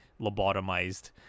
lobotomized